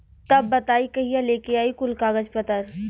तब बताई कहिया लेके आई कुल कागज पतर?